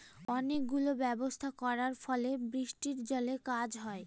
অনেক গুলো ব্যবস্থা করার ফলে বৃষ্টির জলে কাজ হয়